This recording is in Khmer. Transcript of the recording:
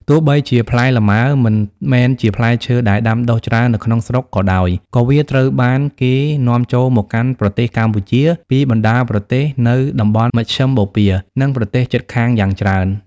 ទោះបីជាផ្លែលម៉ើមិនមែនជាផ្លែឈើដែលដាំដុះច្រើននៅក្នុងស្រុកក៏ដោយ ក៏វាត្រូវបានគេនាំចូលមកកាន់ប្រទេសកម្ពុជាពីបណ្តាប្រទេសនៅតំបន់មជ្ឈិមបូព៌ា និងប្រទេសជិតខាងយ៉ាងច្រើន។